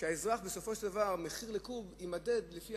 ובסופו של דבר מחיר לקוב יימדד לפי